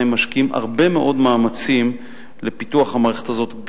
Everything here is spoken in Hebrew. משקיעים הרבה מאוד מאמצים לפיתוח המערכת הזאת,